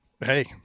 hey